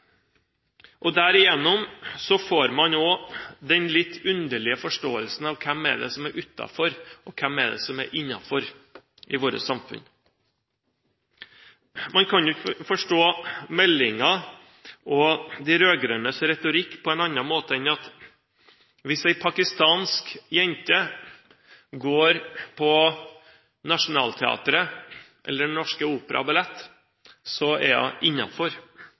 får man også den litt underlige forståelsen av hvem det er som er utenfor, og hvem det er som er innenfor i vårt samfunn. Man kan ikke forstå meldingen og de rød-grønnes retorikk på en annen måte enn at hvis ei pakistansk jente går på Nationaltheatret eller Den Norske Opera & Ballett, er hun